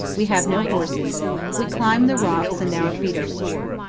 we have no horses we climb the rocks and our feet are sore.